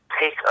take